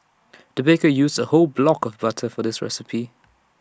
the baker used A whole block of butter for this recipe